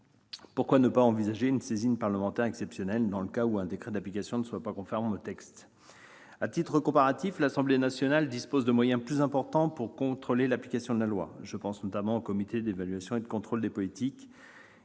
Pourquoi ne pas envisager la possibilité d'une saisine parlementaire exceptionnelle dans le cas où un décret d'application n'est pas conforme au texte